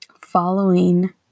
following